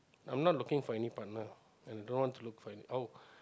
I'm not looking for any partner and I don't want to look for any oh